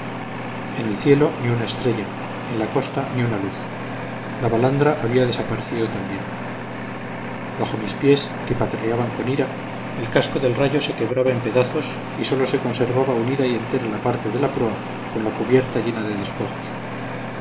en el cielo ni una estrella en la costa ni una luz la balandra había desaparecido también bajo mis pies que pataleaban con ira el casco del rayo se quebraba en pedazos y sólo se conservaba unida y entera la parte de proa con la cubierta llena de despojos